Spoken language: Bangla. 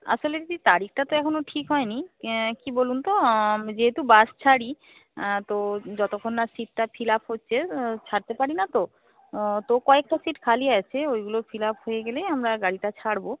আসলে দিদি তারিখটা তো এখনও ঠিক হয়নি কি বলুন তো যেহেতু বাস ছাড়ি তো যতক্ষণ না সিটটা ফিলাপ হচ্ছে ছাড়তে পারি না তো তো কয়েকটা সিট খালি আছে ওইগুলো ফিলাপ হয়ে গেলেই আমরা গাড়িটা ছাড়ব